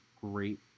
great